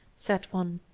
said one